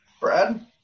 Brad